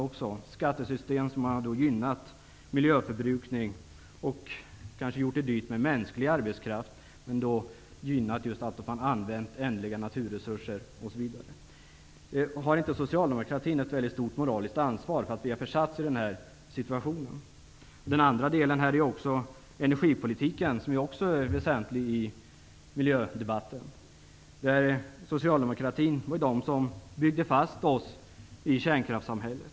Det är fråga om skattesystem som har gynnat miljöförbrukning, dvs. gjort det dyrt att använda mänsklig arbetskraft och gynnat användningen av ändliga naturresurser osv. Har inte socialdemokratin ett stort moraliskt ansvar för att vi har försatts i denna situation? Energipolitiken är också väsentlig i miljödebatten. Socialdemokratin byggde fast oss i kärnkraftssamhället.